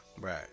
Right